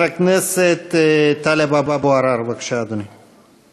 הכנסת טלב אבו עראר, בבקשה, אדוני.